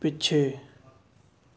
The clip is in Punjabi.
ਪਿੱਛੇ